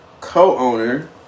co-owner